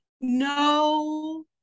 No